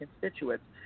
constituents